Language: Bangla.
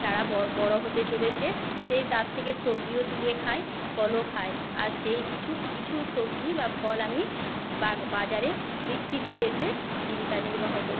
চারা ব বড়ো হতে চলেছে সেই তার থেকে সবজিও তুলে খায় ফলও খায় আর সেই কিছু কিছু সবজি বা ফল আমি বা বাজারে বিক্রি করে এসে জীবিকা নির্বাহ